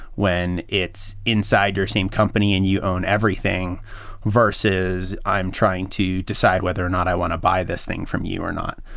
when it's inside your same company and you own everything versus i'm trying to decide whether not i want to buy this thing from you or not.